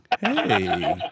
Hey